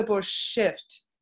shift